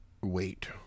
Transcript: Wait